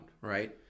Right